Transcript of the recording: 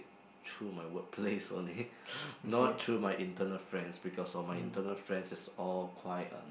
through my work place only not through my internal friends because all my internal friends is all quite um